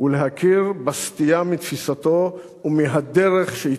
ולהכיר בסטייה מתפיסתו ומהדרך שהתווה.